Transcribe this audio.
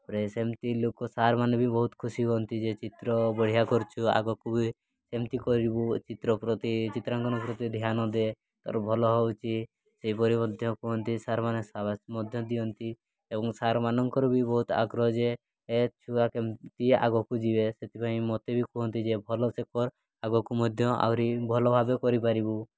ତା'ପରେ ସେମିତି ଲୋକ ସାର୍ମାନେ ବି ବହୁତ ଖୁସି ହୁଅନ୍ତି ଯେ ଚିତ୍ର ବଢ଼ିଆ କରୁଛୁ ଆଗକୁ ବି ସେମିତି କରିବୁ ଚିତ୍ର ପ୍ରତି ଚିତ୍ରାଙ୍କନ ପ୍ରତି ଧ୍ୟାନ ଦେ ତୋର ଭଲ ହେଉଛି ସେହିପରି ମଧ୍ୟ କୁହନ୍ତି ସାର୍ମାନେ ସାବାସୀ ମଧ୍ୟ ଦିଅନ୍ତି ଏବଂ ସାର୍ମାନଙ୍କର ବି ବହୁତ ଆଗ୍ରହ ଯେ ଛୁଆ କେମିତି ଆଗକୁ ଯିବେ ସେଥିପାଇଁ ମୋତେ ବି କୁହନ୍ତି ଯେ ଭଲସେ କର ଆଗକୁ ମଧ୍ୟ ଆହୁରି ଭଲ ଭାବେ କରିପାରିବୁ